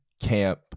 camp